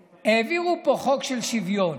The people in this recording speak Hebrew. העבירו פה חוק של שוויון,